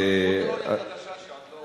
זו תיאוריה חדשה שעוד לא,